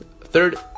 third